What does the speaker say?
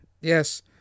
Yes